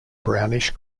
brownish